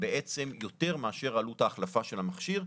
בעצם יותר מאשר עלות ההחלפה של המכשיר,